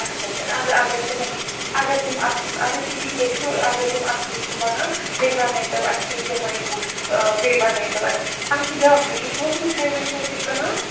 اَچھا اَچھا ادٕ اگر تِم اَسہِ اگر تِم اصٕل ادٕ ٹھیٖکھے چھُ اگر تِم اصٕل چھِ بنان تیٚلہِ بنٲیتو اسہِ تُہۍ تِمَے تہٕ بیٚیہِ بنٲیتو ونۍ چھُ بیٛاکھ چیٖز تُہۍ چھُو حظ مِٹھٲے وِٹھٲے تہِ کٕنان